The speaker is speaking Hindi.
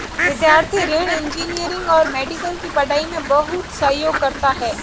विद्यार्थी ऋण इंजीनियरिंग और मेडिकल की पढ़ाई में बहुत सहयोग करता है